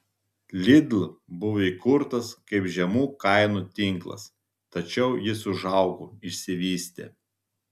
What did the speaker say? lidl buvo įkurtas kaip žemų kainų tinklas tačiau jis užaugo išsivystė